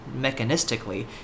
mechanistically